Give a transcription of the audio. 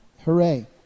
hooray